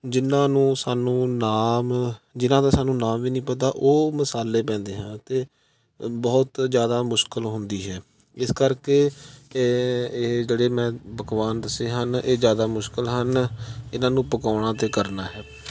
ਜਿਹਨਾਂ ਨੂੰ ਸਾਨੂੰ ਨਾਮ ਜਿਹਨਾਂ ਦਾ ਸਾਨੂੰ ਨਾਮ ਵੀ ਨਹੀਂ ਪਤਾ ਉਹ ਮਸਾਲੇ ਪੈਂਦੇ ਆ ਅਤੇ ਬਹੁਤ ਜ਼ਿਆਦਾ ਮੁਸ਼ਕਿਲ ਹੁੰਦੀ ਹੈ ਇਸ ਕਰਕੇ ਕਿ ਇਹ ਜਿਹੜੇ ਮੈਂ ਪਕਵਾਨ ਦੱਸੇ ਹਨ ਇਹ ਜ਼ਿਆਦਾ ਮੁਸ਼ਕਿਲ ਹਨ ਇਹਨਾਂ ਨੂੰ ਪਕਾਉਣਾ ਅਤੇ ਕਰਨਾ ਹੈ